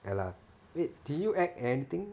ya lah wait did you act anything